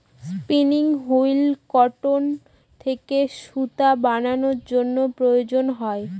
spinning wheel cotton থেকে সুতা বানানোর জন্য প্রয়োজন হয়